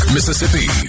Mississippi